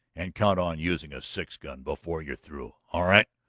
and count on using a six gun before you're through. all right?